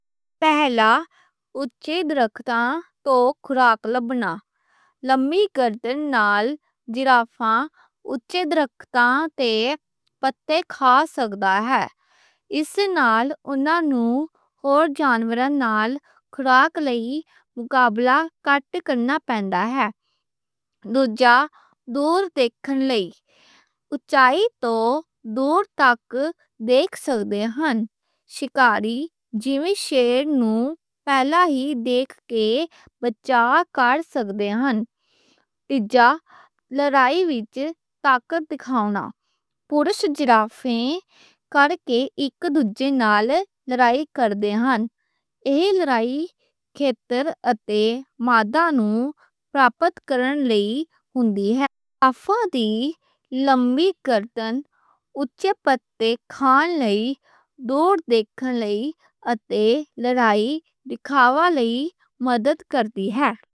پہلا خوراک لبھن لئی اونچے برکھاں توں۔ لمی گردن نال زرافاں اونچے برکھاں تے پتے کھا سکدا ہے۔ اِس نال اونہنوں ہور جانوراں نال خوراک لئی مقابلہ گھٹ کرنا پیندا ہے۔ دوجا، دور دیکھن لئی، اونچائی توں دور تک دیکھ سکدے نیں۔ شکاری جیا شیر نوں پہلا ہی دیکھ کے بچا کڈ سکدے نیں۔ تیجا، لڑائی وچ طاقت دکھاؤنا۔ پرش زرافے کڈ کے اک دوجے نال لڑائی کردے نیں۔ ایہ لڑائی کھیتراں اتے ماداں نوں پرابت کرن لئی ہندی ہے۔ اَنہاں دی لمی گردن اونچے پتے کھان لئی، دور دیکھن لئی اتے لڑائی دکھاوا لئی مدد کردی ہے۔